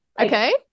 Okay